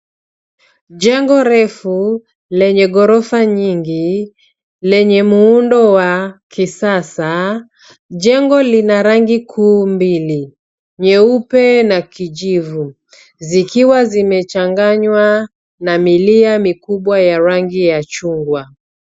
Jengo refu lenye ghorofa nyingi lenye muundo wa kisasa. Jengo lina rangi kuu mbili. Nyeupe na kijivu. Zikiwa zimechanganywa na milia mikubwa ya rangi ya chungwa.